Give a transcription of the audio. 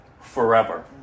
forever